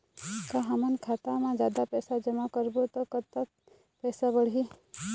का हमन खाता मा जादा पैसा जमा करबो ता कतेक पैसा बढ़ही?